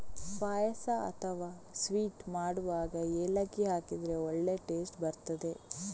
ಪಾಯಸ ಅಥವಾ ಸ್ವೀಟ್ ಮಾಡುವಾಗ ಏಲಕ್ಕಿ ಹಾಕಿದ್ರೆ ಒಳ್ಳೇ ಟೇಸ್ಟ್ ಬರ್ತದೆ